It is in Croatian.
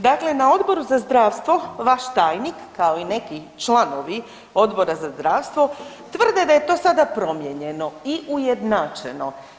Dakle, na Odboru za zdravstvo vaš tajnik kao i neki članovi Odbora za zdravstvo tvrde da je to sada promijenjeno i ujednačeno.